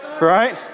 right